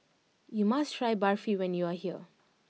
you must try Barfi when you are here